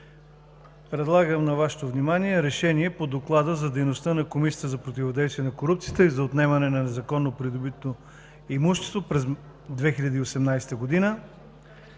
Подлагам на гласуване Решението по Доклада за дейността на Комисията за противодействие на корупцията и за отнемане на незаконно придобитото имущество през 2018 г.